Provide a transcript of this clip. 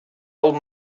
old